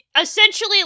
essentially